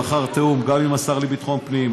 לאחר תיאום גם עם השר לביטחון הפנים,